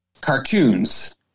cartoons